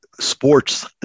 sports